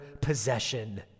possession